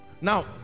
Now